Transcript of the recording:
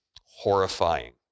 horrifying